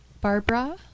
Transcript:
Barbara